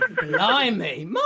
Blimey